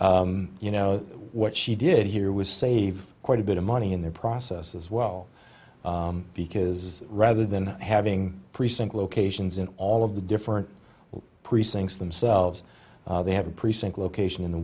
you know what she did here was save quite a bit of money in the process as well because rather than having precinct locations in all of the different precincts themselves they have a precinct location in the